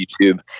YouTube